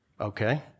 okay